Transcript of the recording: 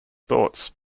thoughts